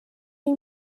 این